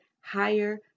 higher